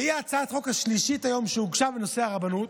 וזו הצעת החוק השלישית היום שהוגשה בנושא הרבנות,